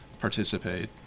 participate